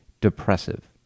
depressive